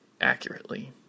accurately